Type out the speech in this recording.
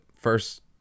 first